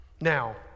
Now